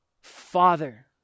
Father